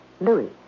Louis